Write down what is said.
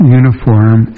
uniform